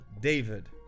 David